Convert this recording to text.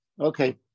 Okay